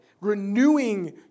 Renewing